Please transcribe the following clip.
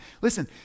listen